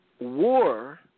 war